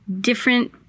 different